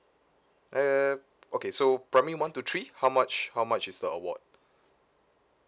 err okay so primary one to three how much how much is the award